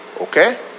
Okay